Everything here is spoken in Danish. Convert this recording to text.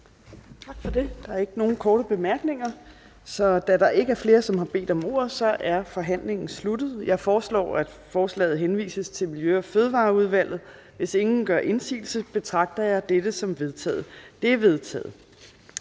Tak for det. Der er ikke nogen korte bemærkninger. Da der ikke er flere, som har bedt om ordet, er forhandlingen sluttet. Jeg foreslår, at forslaget til folketingsbeslutning henvises til Miljø- og Fødevareudvalget. Hvis ingen gør indsigelse, betragter jeg dette som vedtaget. Det er vedtaget.